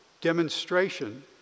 demonstration